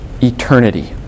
eternity